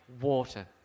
water